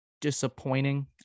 disappointing